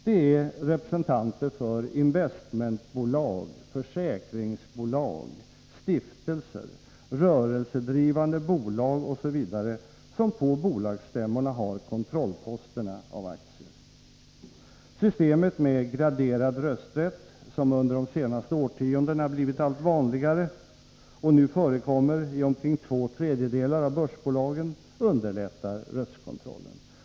Det är representanter för investmentbolag, försäkringsbolag, stiftelser, rörelsedrivande bolag osv. som på bolagsstämmorna har kontrollposterna av aktier. Systemet med graderad rösträtt, som under de senaste årtiondena blivit allt vanligare och nu förekommer i omkring två tredjedelar av börsbolagen, underlättar röstkontrollen.